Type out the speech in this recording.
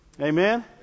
Amen